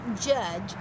judge